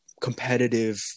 competitive